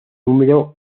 número